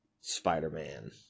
Spider-Man